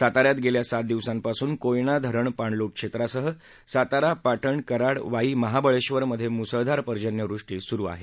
साता यात गेल्या सात दिवसांपासून कोयना धरण पाणलोट क्षेत्रासह सातारा पाटण कराड वाई महाबळेश्वर मध्ये मुसळधार पर्जन्यवृष्टी सुरु आहे